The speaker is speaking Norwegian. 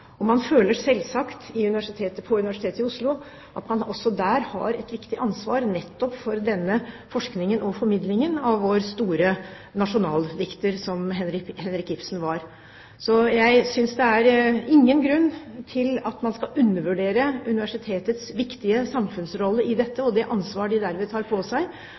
viktig ansvar for nettopp den forskningen og formidlingen som gjelder vår store nasjonaldikter, som Henrik Ibsen er. Jeg synes ikke det er noen grunn til å undervurdere universitetets viktige samfunnsrolle i dette – og det ansvar de derved påtar seg. Som sagt, både kulturministeren og jeg vil følge med på